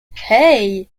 hey